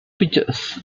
pictures